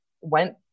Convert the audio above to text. went